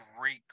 great